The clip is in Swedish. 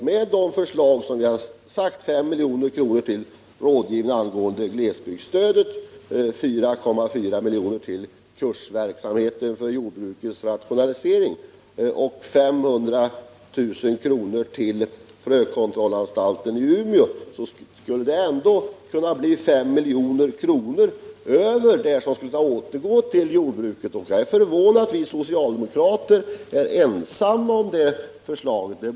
Med de förslag vi lagt fram — 5 milj.kr. till rådgivning angående glesbygdsstödet, 4,4 milj.kr. till kursverksamheten för jordbrukets rationalisering och 500 000 kr. till frökontrollanstalten i Umeå — skulle det ändå kunna bli 5 milj.kr. som kunde återgå till jordbruket. Jag är förvånad över att vi socialdemokrater är ensamma om det förslaget.